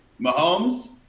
Mahomes